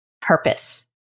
purpose